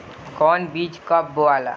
कौन बीज कब बोआला?